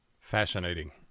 Fascinating